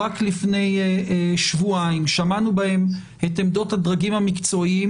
רק לפני שבועיים ושמענו את עמדות הדרגים המקצועיים